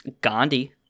Gandhi